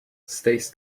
stays